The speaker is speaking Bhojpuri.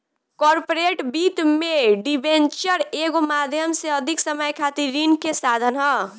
कॉर्पोरेट वित्त में डिबेंचर एगो माध्यम से अधिक समय खातिर ऋण के साधन ह